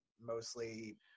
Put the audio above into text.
mostly